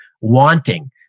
wanting